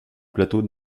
plateau